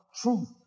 truth